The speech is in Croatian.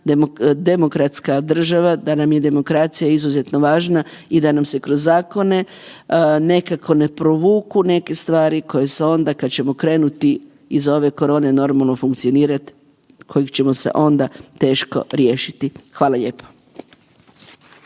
demokratska država, da nam je demokracija izuzetno važna i da nam se kroz zakone nekako ne provuku neke stvari koje se onda, kada ćemo krenuti iz ove korone, normalno funkcionirati, kojeg ćemo se onda teško riješiti. Hvala lijepo.